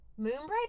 Moonbright